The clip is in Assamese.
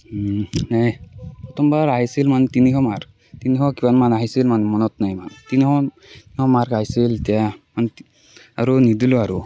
প্ৰথমবাৰ আহিছিল মানে তিনিশ মাৰ্ক আমাৰ আহিছিল তেতিয়া আৰু নিদিলোঁ আৰু